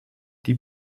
die